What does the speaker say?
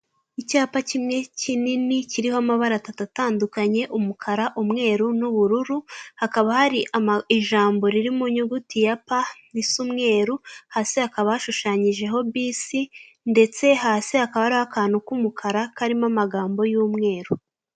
Icyapa kimwe kinini kiriho amabara atatu atandukanye umukara, umweru, n'ubururu. Hakaba hari ijambo riri mu nyuguti ya pa risa umweru, hasi hakaba hashushanyijeho bisi ndetse hasi hakaba hariho akantu k'umukara karimo amagambo y'umweru.